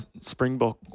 Springbok